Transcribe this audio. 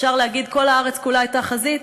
אפשר להגיד כל הארץ כולה הייתה לחזית,